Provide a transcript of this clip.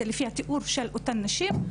זה לפי התיאור של אותן נשים.